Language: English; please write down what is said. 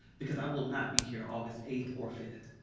because i will not be here august eight or five.